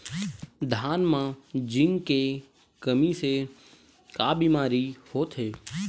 धान म जिंक के कमी से का बीमारी होथे?